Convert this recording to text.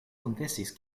konfesis